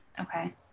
Okay